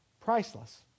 priceless